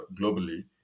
globally